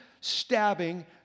stabbing